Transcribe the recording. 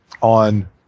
on